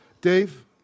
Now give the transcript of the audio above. Dave